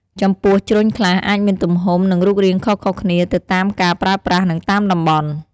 ចំពោះ ជ្រញ់ខ្លះអាចមានទំហំ និងរូបរាងខុសៗគ្នាទៅតាមការប្រើប្រាស់ និងតាមតំបន់។